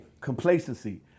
complacency